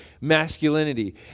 masculinity